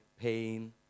pain